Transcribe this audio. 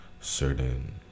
certain